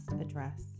address